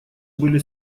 были